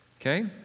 Okay